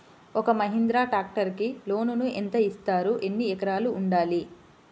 ఒక్క మహీంద్రా ట్రాక్టర్కి లోనును యెంత ఇస్తారు? ఎన్ని ఎకరాలు ఉండాలి?